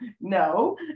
No